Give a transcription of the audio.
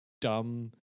dumb